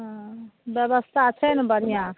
हँ ब्यवस्था छै ने बढ़िआँ